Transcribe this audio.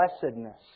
blessedness